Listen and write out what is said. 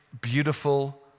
beautiful